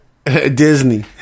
Disney